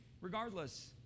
regardless